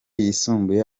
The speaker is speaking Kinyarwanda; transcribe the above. yisumbuye